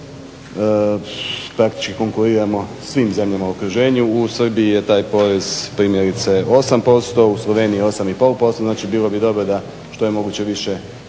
U Srbiji je taj porez primjerice 8%, u Sloveniji 8 i pol posto znači bilo bi dobro da što je moguće više